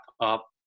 up